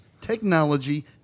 Technology